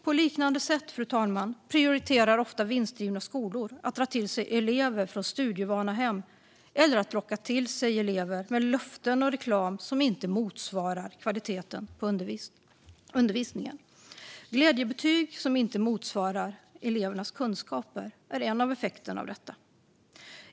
På liknande sätt, fru talman, prioriterar ofta vinstdrivna skolor att dra till sig elever från studievana hem eller att locka till sig elever med löften och reklam som inte motsvarar kvaliteten på undervisningen. Glädjebetyg som inte motsvarar elevernas kunskaper är en av effekterna av detta.